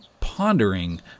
pondering